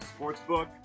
Sportsbook